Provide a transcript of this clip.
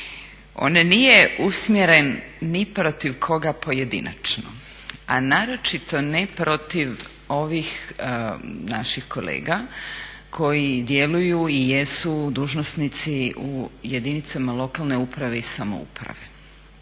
on nije usmjeren ni protiv koga pojedinačno, a naročito ne protiv ovih naših kolega koji djeluju i jesu dužnosnici u jedinicama lokalne uprave i samouprave.